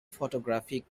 photographic